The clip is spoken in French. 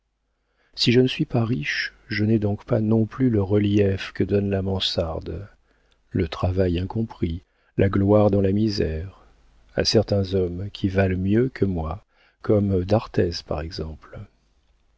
si je ne suis pas riche je n'ai donc pas non plus le relief que donnent la mansarde le travail incompris la gloire dans la misère à certains hommes qui valent mieux que moi comme d'arthez par exemple